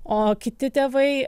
o kiti tėvai